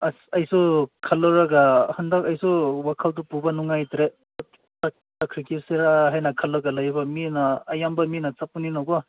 ꯑꯁ ꯑꯩꯁꯨ ꯈꯜꯂꯨꯔꯒ ꯍꯟꯗꯛ ꯑꯩꯁꯨ ꯋꯥꯈꯜꯗꯨ ꯄꯨꯕ ꯅꯨꯡꯉꯥꯏꯇ꯭ꯔꯦ ꯆꯠꯈ꯭ꯔꯁꯤꯔ ꯍꯥꯏꯅ ꯈꯜꯂꯒ ꯂꯩꯕ ꯃꯤꯅ ꯑꯌꯥꯝꯕ ꯃꯤꯅ ꯆꯠꯄꯅꯤꯀꯣ